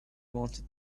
wanted